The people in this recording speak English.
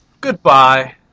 Goodbye